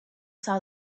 saw